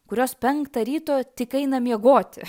kurios penktą ryto tik eina miegoti